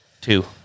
Two